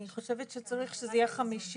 אני חושבת שצריך שזה יהיה 50%,